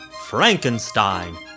Frankenstein